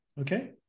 Okay